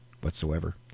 whatsoever